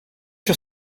sur